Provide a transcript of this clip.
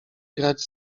grać